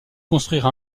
construire